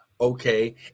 okay